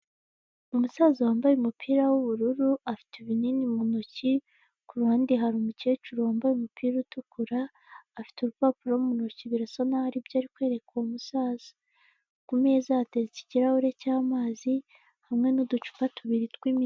Umusaza wambaye umupira w'ubururu, afite ibinini mu ntoki, ku ruhande hari umukecuru wambaye umupira utukura, afite urupapuro mu ntoki birasa naho aribyo ari kwereka uwo musaza, ku meza hatetse ikirahure cy'amazi, hamwe n'uducupa tubiri tw'imiti.